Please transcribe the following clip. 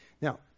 Now